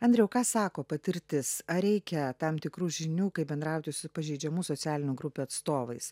andriau ką sako patirtis ar reikia tam tikrų žinių kaip bendrauti su pažeidžiamų socialinių grupių atstovais